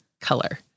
color